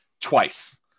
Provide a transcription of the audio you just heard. twice